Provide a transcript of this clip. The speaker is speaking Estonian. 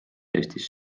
eestis